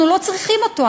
אנחנו לא צריכים אותו,